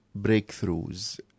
breakthroughs